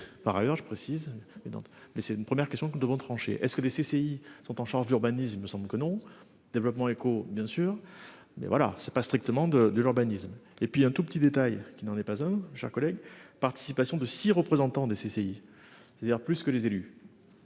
Par ailleurs, je précise. Et donc mais c'est une première question que nous devons trancher, est-ce que des CCI sont en charge de l'urbanisme, il me semble que non développement éco bien sûr mais voilà, ce n'est pas strictement de de l'urbanisme et puis un tout petit détail qui n'en est pas hein. Chers collègue participation de 6 représentants des CCI, c'est-à-dire plus que les élus.